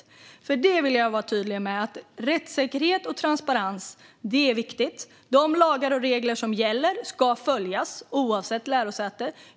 Låt mig vara tydlig med att rättssäkerhet och transparens är viktigt. De lagar och regler som gäller ska följas oavsett lärosäte.